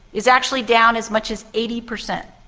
is actually down as much as eighty percent.